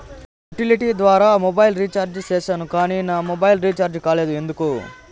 Utility ద్వారా mobile recharge సేసాను కానీ నా మొబైల్ రీచార్జి కాలేదు ఎందుకు?